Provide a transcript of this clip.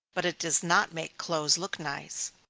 but it does not make clothes look nice.